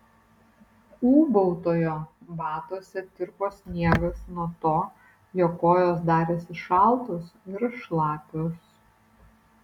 ūbautojo batuose tirpo sniegas nuo to jo kojos darėsi šaltos ir šlapios